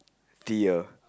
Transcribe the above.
dear